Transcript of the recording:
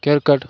cricket